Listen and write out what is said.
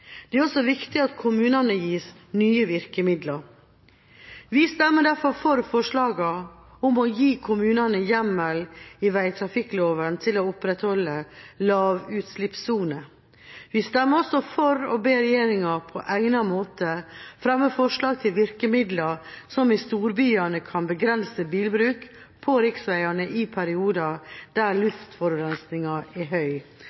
Det er også viktig at kommunene gis nye virkemidler. Vi stemmer derfor for forslagene om å gi kommunene hjemmel i vegtrafikkloven til å opprettholde lavutslippssoner. Vi stemmer også for å be regjeringa, på egnet måte, fremme forslag til virkemidler som i storbyene kan begrense bilbruk på riksveiene i perioder der luftforurensningen er høy.